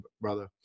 brother